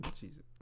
Jesus